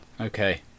Okay